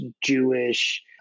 Jewish